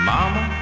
Mama